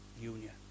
union